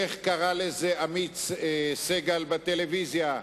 איך קרא לזה עמית סגל בטלוויזיה?